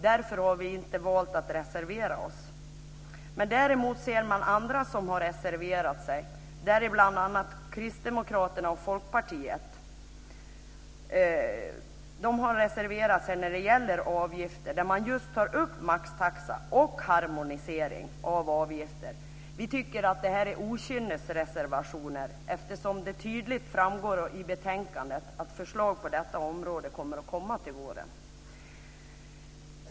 Därför har vi valt att inte reservera oss. Däremot ser man andra som har reserverat sig när det gäller avgifter, bl.a. Kristdemokraterna och Folkpartiet. De tar i sina reservationer upp maxtaxa och harmonisering av avgifter. Vi tycker att det här är okynnesreservationer, eftersom det tydligt framgår i betänkandet att förslag på detta område kommer att komma till våren.